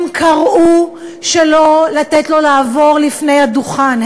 הם קראו שלא לתת לו לעבור לפני הדוכן,